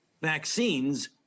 vaccines